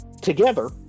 together